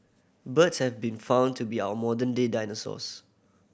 birds have been found to be our modern day dinosaurs